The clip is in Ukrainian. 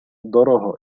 дорого